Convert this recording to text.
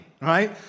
Right